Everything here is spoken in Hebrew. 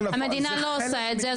המדינה לא עושה את זה,